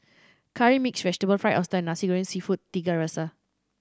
Curry Mixed Vegetable Fried Oyster and Nasi Goreng Seafood Tiga Rasa